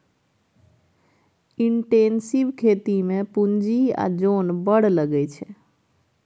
intensive खेती मे पुंजी आ जोन बड़ लगै छै